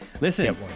listen